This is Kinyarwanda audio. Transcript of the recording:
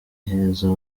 heza